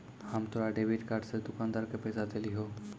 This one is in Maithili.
हम तोरा डेबिट कार्ड से दुकानदार के पैसा देलिहों